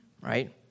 right